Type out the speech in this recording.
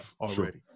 already